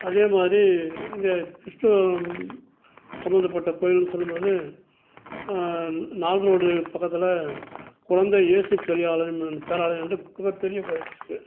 அதே மாதிரி இந்த கிறிஸ்துவம் சம்மந்தப்பட்ட கோவில்னு சொல்லும்பொழுது நாலு ரோடு பக்கத்தில் குழந்தை இயேசு பெரியாளுன்னு பேராளன் என்று மிகப்பெரிய கோயில் இருக்குது